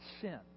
sin